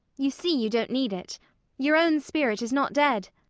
you see you don't need it your own spirit is not dead.